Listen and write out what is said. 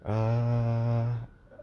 uh